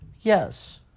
yes